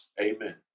Amen